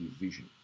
vision